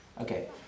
Okay